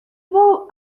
wol